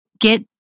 get